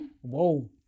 Whoa